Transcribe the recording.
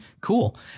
Cool